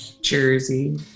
Jersey